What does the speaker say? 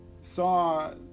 saw